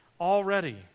already